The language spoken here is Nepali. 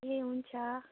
ए हुन्छ